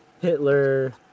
Hitler